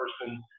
person